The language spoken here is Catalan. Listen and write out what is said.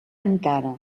encara